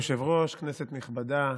אדוני היושב-ראש, כנסת נכבדה,